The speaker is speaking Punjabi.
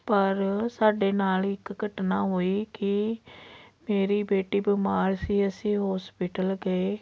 ਪਰ ਸਾਡੇ ਨਾਲ ਇੱਕ ਘਟਨਾ ਹੋਈ ਕਿ ਮੇਰੀ ਬੇਟੀ ਬਿਮਾਰ ਸੀ ਅਸੀਂ ਹੋਸਪੀਟਲ ਗਏ